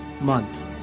month